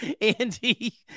Andy